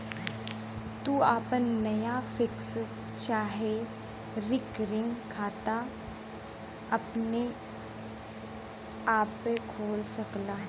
तू आपन नया फिक्स चाहे रिकरिंग खाता अपने आपे खोल सकला